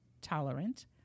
tolerant